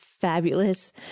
fabulous